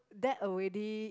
that already